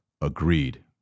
agreed